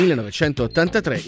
1983